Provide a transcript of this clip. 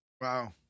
wow